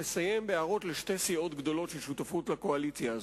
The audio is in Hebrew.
לסיים בהערות לשתי סיעות גדולות ששותפות לקואליציה הזאת.